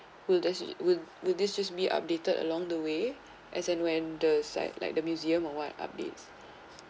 will this will this should be updated along the way as an when the site like the museum or what updates